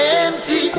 empty